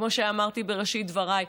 כמו שאמרתי בראשית דבריי,